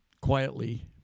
quietly